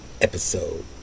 episode